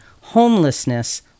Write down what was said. homelessness